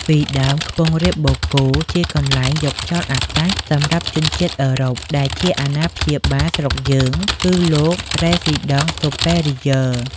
ពីដើមខ្ពង់រាបបូកគោ ជាកន្លែងយកខ្យល់អាកាសសម្រាប់ជនជាតិអឺរ៉ុប ដែលជាអាណាព្យាបាលស្រុកយើង គឺលោក រ៉េស៊ីដង់សុប៉េរីយើរ។